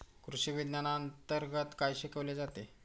कृषीविज्ञानांतर्गत काय शिकवले जाते?